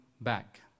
back